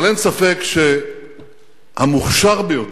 אבל אין ספק שהמוכשר ביותר,